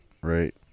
Right